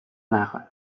نخایید